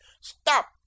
Stop